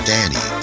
Danny